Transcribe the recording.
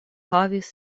havis